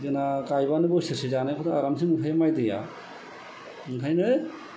जोंना गायबानो बोसोरसे जानो आरामसे मोनखायो माइ दैया ओंखायनो